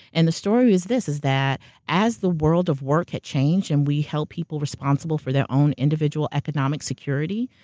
and the story was this, is that as the world of work had changed and we held people responsible for their own individual economic security,